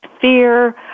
fear